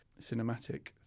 cinematic